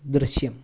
ദൃശ്യം